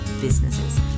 businesses